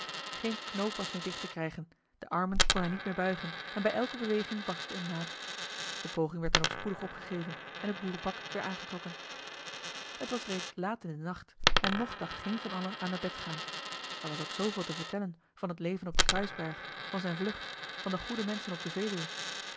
geen knoop was meer dicht te krijgen de armen kon hij niet meer buigen en bij elke beweging barstte een naad de poging werd dan ook spoedig opgegeven en het boerenpak weer aangetrokken eli heimans willem roda het was reeds laat in den nacht en nog dacht geen van allen aan naar bed gaan er was ook zooveel te vertellen van het leven op den kruisberg van zijne vlucht van de goede menschen op de veluwe